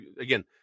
again